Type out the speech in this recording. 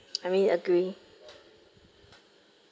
I mean agree